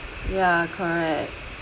ya correct